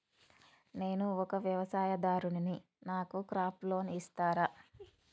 నేను ఒక వ్యవసాయదారుడిని నాకు క్రాప్ లోన్ ఇస్తారా?